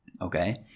Okay